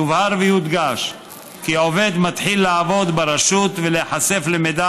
יובהר ויודגש כי עובד מתחיל לעבוד ברשות ולהיחשף למידע